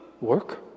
work